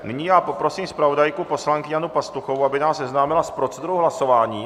Nyní poprosím zpravodajku poslankyni Janu Pastuchovou, aby nás seznámila s procedurou hlasování.